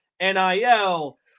NIL